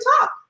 talk